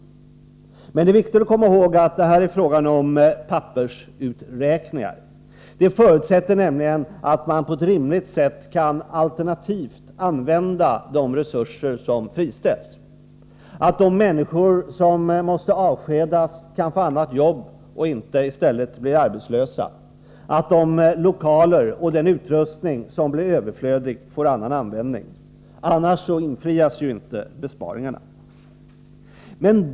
Det är emellertid viktigt att komma ihåg att det här är fråga om pappersuträkningar. Beräkningarna förutsätter nämligen att man på ett alternativt och rimligt sätt kan använda de resurser som frigörs, att de människor som måste avskedas kan få annat arbete och inte i stället blir arbetslösa och att den utrustning och de lokaler som blir överflödiga får annan användning. I annat fall förverkligas inte besparingarna.